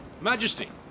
Majesty